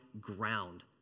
ground